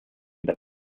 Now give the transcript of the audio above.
that